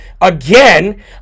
again